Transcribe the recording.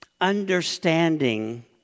understanding